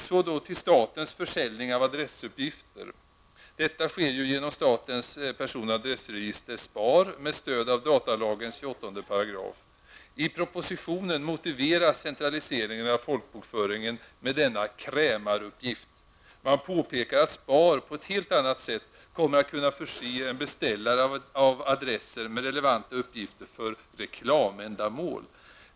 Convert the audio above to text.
Så till statens försäljning av adressuppgifter. Detta sker ju genom statens person och adressregister, SPAR, med stöd av datalagens 28 §. I propositionen motiveras centraliseringen av folkbokföringen med denna krämaruppgift. Man påpekar att SPAR på ett helt annat sätt kommer att kunna förse en beställare av adresser med relevanta uppgifter för reklamändamål.